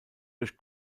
durch